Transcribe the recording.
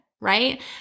Right